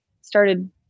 started